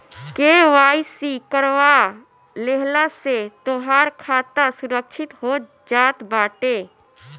KYC करवा लेहला से तोहार खाता सुरक्षित हो जात बाटे